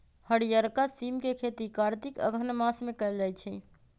हरियरका सिम के खेती कार्तिक अगहन मास में कएल जाइ छइ